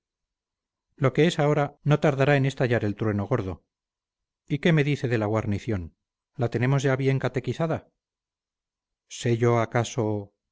lo que es ahora no tardará en estallar el trueno gordo y qué me dice de la guarnición la tenemos ya bien catequizada sé yo acaso